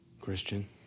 Christian